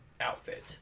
outfit